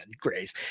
grace